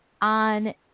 on